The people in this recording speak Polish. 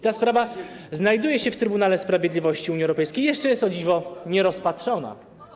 Ta sprawa znajduje się w Trybunale Sprawiedliwości Unii Europejskiej i jeszcze jest, o dziwo, nierozpatrzona.